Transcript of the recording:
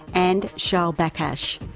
and shaul bakhash,